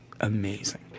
amazing